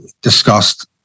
discussed